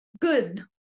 Good